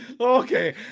Okay